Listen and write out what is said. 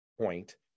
point